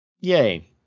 Yay